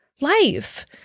life